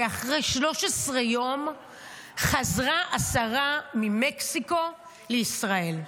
ואחרי 13 יום חזרה השרה ממקסיקו לישראל.